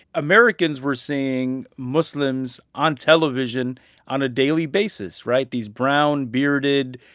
americans were seeing muslims on television on a daily basis right? these brown, bearded,